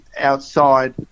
outside